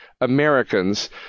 Americans